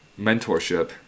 mentorship